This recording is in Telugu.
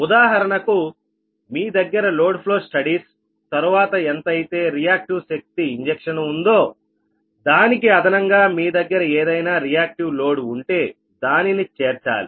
ఉదాహరణకు మీ దగ్గర లోడ్ ఫ్లో స్టడీస్ తరువాత ఎంత అయితే రియాక్టివ్ శక్తి ఇంజక్షన్ ఉందో దానికి అదనంగా మీ దగ్గర ఏదైనా రియాక్టివ్ లోడ్ ఉంటే దానిని చేర్చాలి